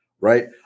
right